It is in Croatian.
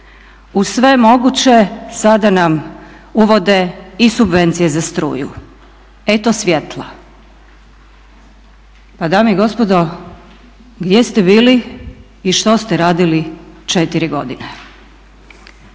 Uz sve moguće, sada nam uvode i subvencije za struju. Eto svjetla. Pa dame i gospodo, gdje ste bili i što ste radili 4 godine?